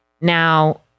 Now